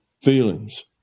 feelings